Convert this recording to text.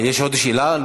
יש עוד שאלה.